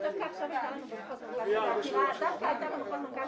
אני חושב שגם פה בוועדה דנו בעניין הוועדות